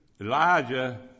Elijah